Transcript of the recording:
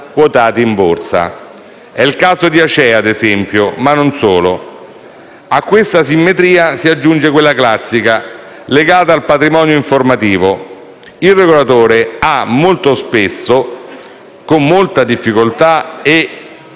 Il regolatore arriva molto spesso con molta difficoltà e